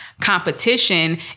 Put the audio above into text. competition